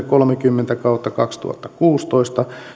kolmekymmentä kautta kaksituhattakuusitoista